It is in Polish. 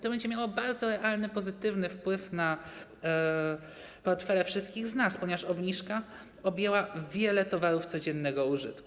To będzie miało bardzo realny, pozytywny wpływ na portfele wszystkich z nas, ponieważ obniżka objęła wiele towarów codziennego użytku.